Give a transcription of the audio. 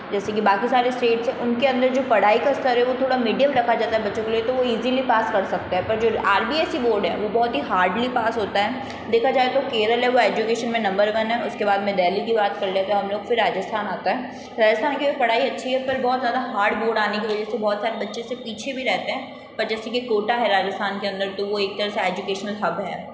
जैसे कि बाक़ी सारे स्टेट्स उनके अन्दर जो पढ़ाई का स्तर है वो थोड़ा मीडियम रखा जाता है बच्चों के लिए तो वो ईज़िली पास कर सकते हैं पर जो R B S E board है वो बहुत ही हार्डली पास होता है देखा जाए तो केरल है वो एजुकेशन में नम्बर वन है उसके बाद में देल्ही की बात कर लें तो हम लोग फिर राजस्थान आता है ऐसा है कि पढ़ाई अच्छी है पर बहुत ज़्यादा हार्ड बोर्ड आने की वजह से बहुत सारे बच्चे पीछे भी रहते हैं पर जैसे कि कोटा है राजस्थान के अन्दर तो वह एक तरह से एजुकेशनल हब है